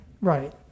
Right